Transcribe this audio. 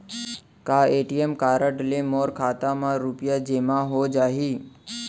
का ATM card ले मोर खाता म रुपिया जेमा हो जाही?